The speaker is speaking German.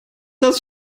das